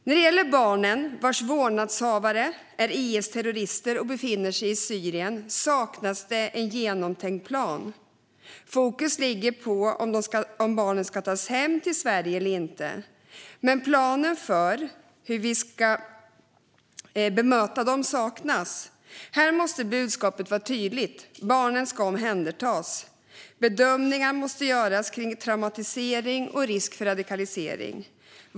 När det gäller de barn vars vårdnadshavare är IS-terrorister och som befinner sig i Syrien saknas det en genomtänkt plan. Fokus ligger på om de ska tas hem till Sverige eller inte. Men planen för hur vi ska bemöta dem saknas. Här måste budskapet vara tydligt. Barnen ska omhändertas. Bedömningar måste göras av traumatisering och risk för radikalisering.